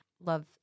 love